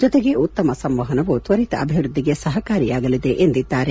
ಜತೆಗೆ ಉತ್ತಮ ಸಂವಹನವು ತ್ವರಿತ ಅಭಿವ್ಯದ್ಲಿಗೆ ಸಹಕಾರಿಯಾಗಲಿದೆ ಎಂದಿದ್ದಾರೆ